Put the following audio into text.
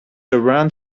around